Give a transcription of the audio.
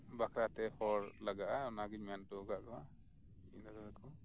ᱵᱟᱠᱷᱨᱟᱛᱮ ᱦᱚᱲ ᱞᱟᱜᱟᱜᱼᱟ ᱚᱱᱟ ᱜᱮᱧ ᱢᱮᱱ ᱦᱚᱴᱚ ᱟᱠᱟᱫ ᱠᱚᱣᱟ ᱤᱧ ᱫᱟᱫᱟ ᱛᱟᱠᱚ